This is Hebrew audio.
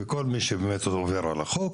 כל מי שעובר על החוק,